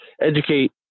educate